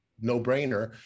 no-brainer